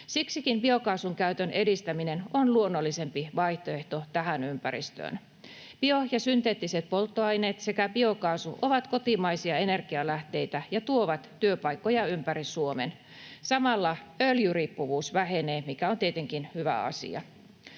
Siksikin biokaasun käytön edistäminen on luonnollisempi vaihtoehto tähän ympäristöön. Bio- ja synteettiset polttoaineet sekä biokaasu ovat kotimaisia energialähteitä ja tuovat työpaikkoja ympäri Suomen. Samalla öljyriippuvuus vähenee, mikä on tietenkin hyvä asia.